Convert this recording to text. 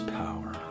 power